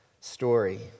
story